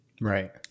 right